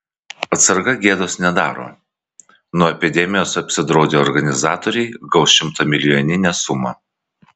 atsarga gėdos nedaro nuo epidemijos apsidraudę organizatoriai gaus šimtamilijoninę sumą